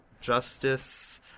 justice